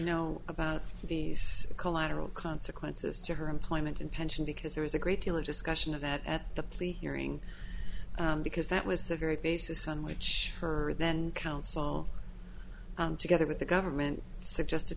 know about these collateral consequences to her employment and pension because there was a great deal of discussion of that at the plea hearing because that was the very basis on which her then counsel together with the government suggested